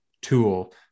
tool